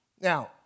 Now